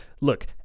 Look